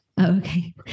okay